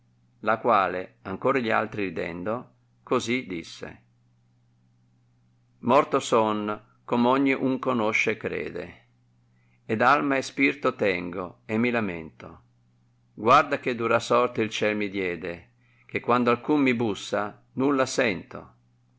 la quale ancor gli altri ridendo così disse morto son com ogni un conosce e crede ed alma e spirto tengo e mi lamento guarda che dura sorte il ciel mi diede che quando alcun mi bussa nulla sento